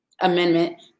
Amendment